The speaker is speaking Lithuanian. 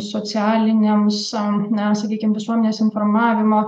socialiniams na sakykim visuomenės informavimo